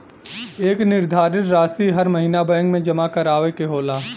एक निर्धारित रासी हर महीना बैंक मे जमा करावे के होला